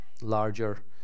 larger